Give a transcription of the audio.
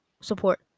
support